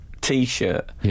T-shirt